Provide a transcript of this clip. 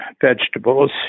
vegetables